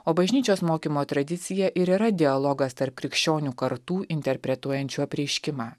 o bažnyčios mokymo tradicija ir yra dialogas tarp krikščionių kartų interpretuojančių apreiškimą